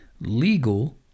legal